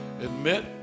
Admit